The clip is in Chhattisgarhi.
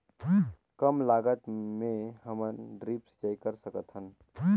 कम लागत मे हमन ड्रिप सिंचाई कर सकत हन?